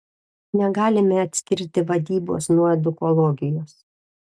negalime atskirti vadybos nuo edukologijos